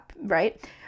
right